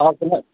অঁ কোনে